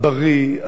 הבריא,